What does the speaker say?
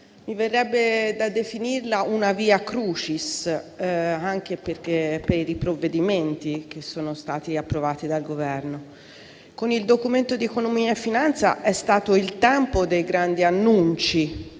Mi verrebbe da definirla una *via crucis*, anche per i provvedimenti che sono stati approvati dal Governo. Con il Documento di economia e finanza è stato il tempo dei grandi annunci,